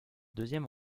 deuxième